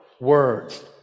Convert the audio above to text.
words